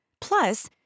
Plus